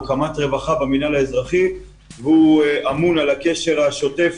הוא קמ"ט רווחה במינהל האזרחי והוא אמון על הקשר השוטף